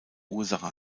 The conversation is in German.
ursache